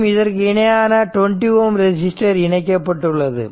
மற்றும் இதற்கு இணையாக 20 Ω ரெசிஸ்டர் இணைக்கப்பட்டுள்ளது